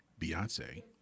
Beyonce